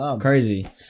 Crazy